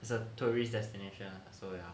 as a tourist destination so ya